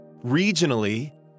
regionally